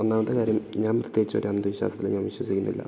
ഒന്നാമത്തെക്കാര്യം ഞാൻ പ്രത്യേകിച്ച് ഒരന്ധവിശ്വാസത്തിലൊന്നും വിശ്വസിക്കുന്നില്ല